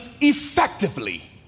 effectively